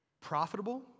profitable